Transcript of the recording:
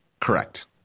Correct